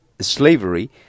slavery